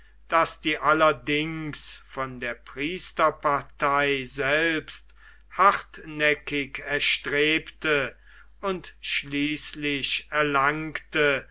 daß die allerdings von der priesterpartei selbst hartnäckig erstrebte und schließlich erlangte